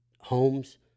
Homes